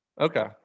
Okay